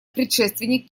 предшественник